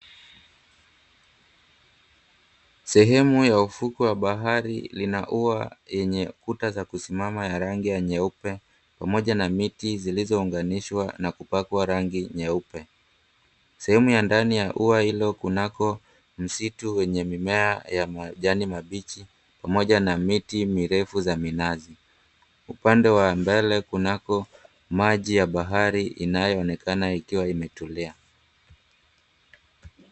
Sehemu ya ufukwe wa bahari lina ua yenye kuta za kusimama ya rangi ya nyeupe, pamoja na miti zilizounganishwa na kupakwa rangi nyeupe. Sehemu ya ndani ya ua hilo kunako msitu wenye mimea ya majani mabichi, pamoja na miti mirefu za minazi. Upande wa mbele kunako maji ya bahari inayoonekana ikiwa imetulia.